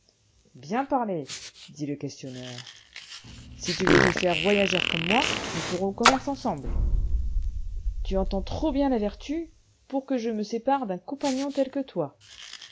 bien parlé dit le questionneur si tu veux te faire voyageur comme moi nous ferons commerce ensemble tu entends trop bien la vertu pour que je me sépare d'un compagnon tel que toi